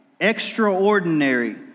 extraordinary